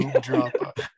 drop